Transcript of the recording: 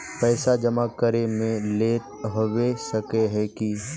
पैसा जमा करे में लेट होबे सके है की?